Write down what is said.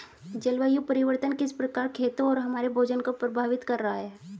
जलवायु परिवर्तन किस प्रकार खेतों और हमारे भोजन को प्रभावित कर रहा है?